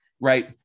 Right